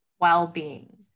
well-being